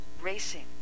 Racing